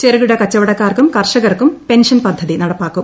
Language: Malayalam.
ചെറുകിട കച്ചവടക്കാർക്കും കർഷകർക്കും പ്ലെൻഷൻ പദ്ധതി നടപ്പാക്കും